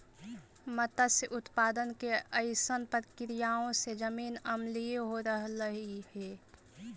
मत्स्य उत्पादन के अइसन प्रक्रियाओं से जमीन अम्लीय हो रहलई हे